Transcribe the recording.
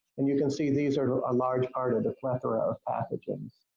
and you can see these are a large part of the plethora of pathogens.